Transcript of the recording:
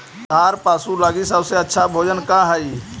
दुधार पशु लगीं सबसे अच्छा भोजन का हई?